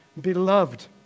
beloved